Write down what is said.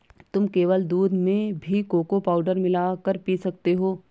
तुम केवल दूध में भी कोको पाउडर मिला कर पी सकते हो